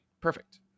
Perfect